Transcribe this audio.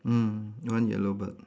mm one yellow bird